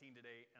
today